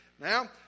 Now